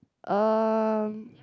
um